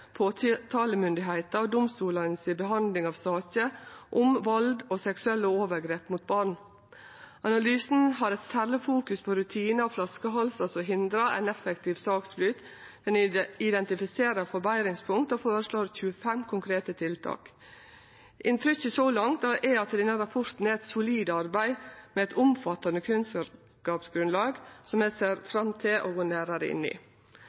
og domstolane si behandling av saker om vald og seksuelle overgrep mot barn. Analysen har eit særleg fokus på rutinar og flaskehalsar som hindrar ein effektiv saksflyt. Analysen identifiserer forbetringspunkt og føreslår 25 konkrete tiltak. Inntrykket så langt er at denne rapporten utgjer eit solid arbeid med eit omfattande kunnskapsgrunnlag, som eg ser fram til å gå nærare inn i.